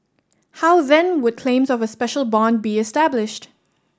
how then would claims of a special bond be established